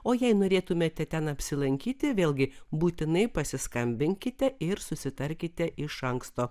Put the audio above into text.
o jei norėtumėte ten apsilankyti vėlgi būtinai pasiskambinkite ir susitarkite iš anksto